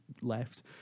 left